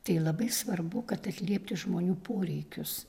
tai labai svarbu kad atliepti žmonių poreikius